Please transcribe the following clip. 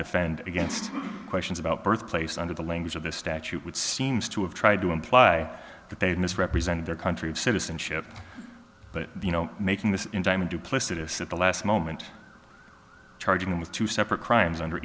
defend against questions about birth place under the language of the statute which seems to have tried to imply that they misrepresented their country of citizenship but you know making this indictment duplicitous at the last moment charging him with two separate crimes und